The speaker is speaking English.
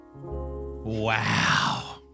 Wow